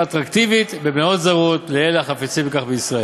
אטרקטיבית במניות זרות לאלה החפצים בכך בישראל.